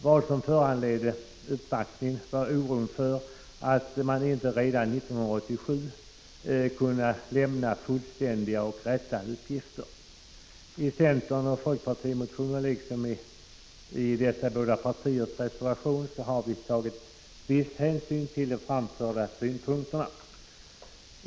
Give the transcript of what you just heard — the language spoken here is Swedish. Vad som föranledde uppvaktningen var oron för att man inte redan 1987 skulle kunna lämna fullständiga och riktiga uppgifter. I centeroch folkpartimotionen liksom i dessa båda partiers reservation har vi tagit viss hänsyn till framförda synpunkter.